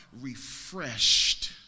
refreshed